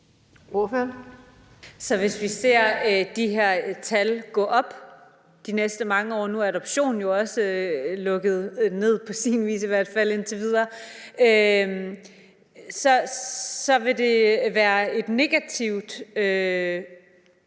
hvis vi ser de her tal gå op de næste mange år – nu er adoption jo også lukket ned, på sin vis i hvert fald, indtil videre – så vil det være et negativt